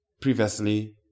previously